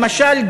למשל,